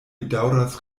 bedaŭras